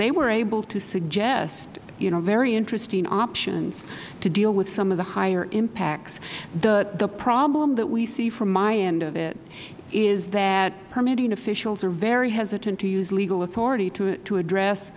they are able to suggest very interesting options to deal with some of the higher impacts the problem that we see from my end of it is that permitting officials are very hesitant to use legal authority to address